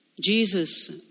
Jesus